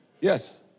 Yes